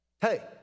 Hey